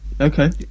Okay